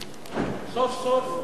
סוף-סוף אתם מחזירים לנו משהו,